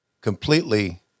completely